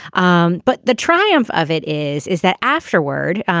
um but the triumph of it is is that afterword.